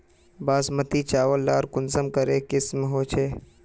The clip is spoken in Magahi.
बासमती चावल लार कुंसम करे किसम होचए?